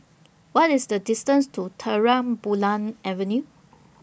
What IS The distance to Terang Bulan Avenue